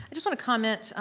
just wanna comment,